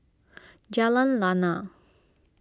Jalan Lana